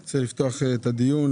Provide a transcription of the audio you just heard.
אני פותח את הדיון.